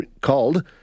called